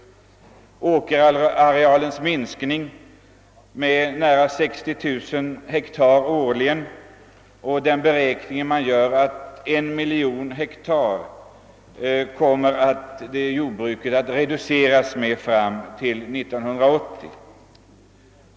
Jag kan nämna att åkerarealen minskar med nära 60000 hektar år ligen och att iordbruket fram till 1980 enligt gjorda beräkningar kommer att reduceras med 1 miljon hektar.